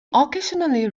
occasionally